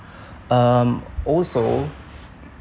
um also